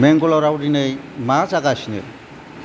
बेंगालराव दिनै मा जागासिनो